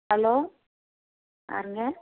hello யாருங்க